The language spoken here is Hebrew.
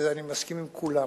ואני מסכים עם כולן,